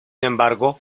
embargo